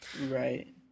Right